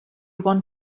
want